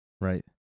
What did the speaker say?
Right